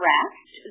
Rest